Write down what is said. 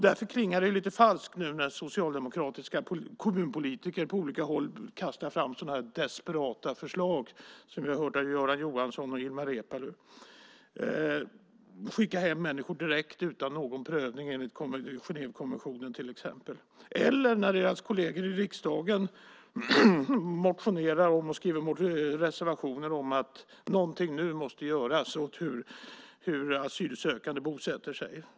Därför klingar det lite falskt när socialdemokratiska kommunpolitiker på olika håll kastar fram desperata förslag, som vi har hört av Göran Johansson och Ilmar Reepalu, om att skicka hem människor direkt utan någon prövning enligt Genèvekonventionen till exempel, eller när deras kolleger i riksdagen motionerar och skriver reservationer om att någonting nu måste göras åt hur asylsökande bosätter sig.